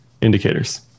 indicators